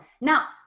Now